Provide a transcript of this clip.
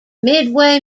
midway